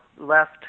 left